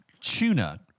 tuna